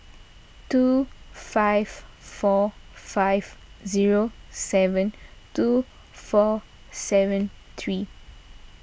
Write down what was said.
two five four five zero seven two four seven three